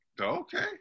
Okay